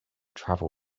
travel